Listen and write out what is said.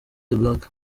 black